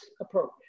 approach